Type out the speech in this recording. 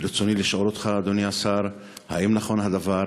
ברצוני לשאול אותך, אדוני השר: 1. האם נכון הדבר?